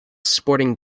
sporting